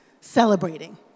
celebrating